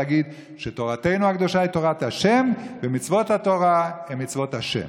להגיד שתורתנו הקדושה היא תורת ה' ומצוות התורה הן מצוות ה'.